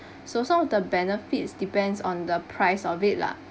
so some of the benefits depends on the price of it lah